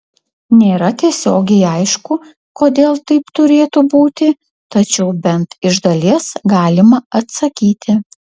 nėra tiesiogiai aišku kodėl taip turėtų būti tačiau bent iš dalies galima atsakyti